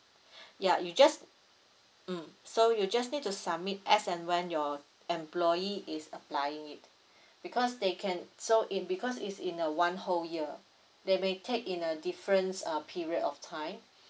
ya you just mm so you just need to submit as and when your employee is applying it because they can so in because it's in a one whole year they may take in a difference uh period of time